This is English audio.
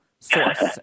Source